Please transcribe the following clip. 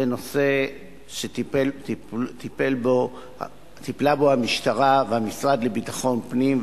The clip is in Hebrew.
זה נושא שטיפלו בו המשטרה והמשרד לביטחון פנים,